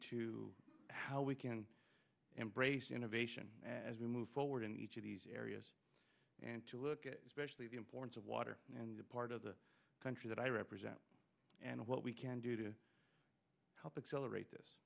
to how we can embrace innovation as we move forward in each of these areas and to look at the importance of water and a part of the country that i represent and what we can do to help accelerate this